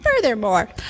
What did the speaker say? furthermore